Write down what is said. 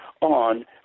on